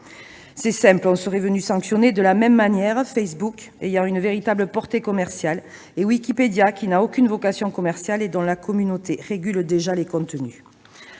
C'est simple, on aurait sanctionné de la même manière Facebook, ayant une véritable portée commerciale, et Wikipédia, qui n'a aucune vocation commerciale et dont la communauté régule déjà les contenus.